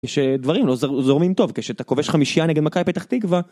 שדברים לא זורמים טוב... כשאתה כובש חמישייה נגד מקבי פתח תקווה...